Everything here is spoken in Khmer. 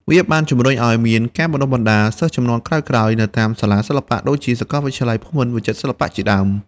វាបានជំរុញឱ្យមាន ការបណ្តុះបណ្តាល សិស្សជំនាន់ក្រោយៗនៅតាមសាលាសិល្បៈដូចជាសាកលវិទ្យាល័យភូមិន្ទវិចិត្រសិល្បៈជាដើម។